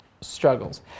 struggles